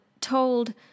told